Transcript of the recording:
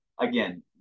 again